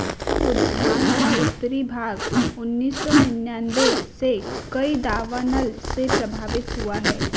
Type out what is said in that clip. उद्यान का उत्तरी भाग उन्नीस सौ निन्यानवे से कई दावानल से प्रभावित हुआ है